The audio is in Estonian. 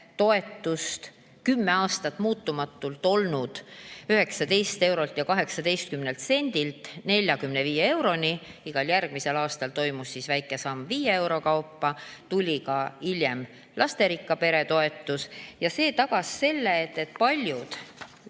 toetust kümme aastat muutumatult olnud 19 eurolt ja 18 sendilt 45 euroni. Igal järgmisel aastal toimus väike samm viie euro kaupa. Tuli ka hiljem lasterikka pere toetus. Ja see tagas selle, et paljud